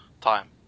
time